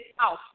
out